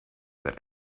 that